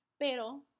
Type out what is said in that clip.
Pero